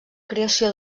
creació